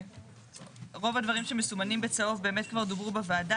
רוב הדברים שמסומנים בצהוב כבר דוברו בוועדה,